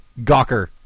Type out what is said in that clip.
Gawker